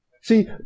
See